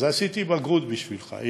אז עשיתי בגרות בשבילך,